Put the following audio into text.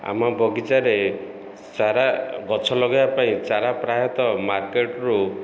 ଆମ ବଗିଚାରେ ଚାରା ଗଛ ଲଗେଇବା ପାଇଁ ଚାରା ପ୍ରାୟତଃ ମାର୍କେଟରୁ